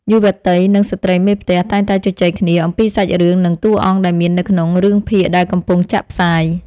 យុវតីនិងស្ត្រីមេផ្ទះតែងតែជជែកគ្នាអំពីសាច់រឿងនិងតួអង្គដែលមាននៅក្នុងរឿងភាគដែលកំពុងចាក់ផ្សាយ។